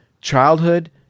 childhood